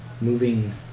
moving